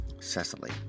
Cecily